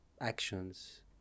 actions